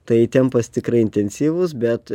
tai tempas tikrai intensyvus bet